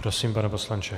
Prosím, pane poslanče.